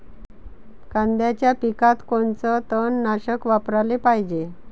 कांद्याच्या पिकात कोनचं तननाशक वापराले पायजे?